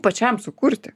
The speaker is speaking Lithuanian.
pačiam sukurti